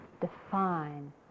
define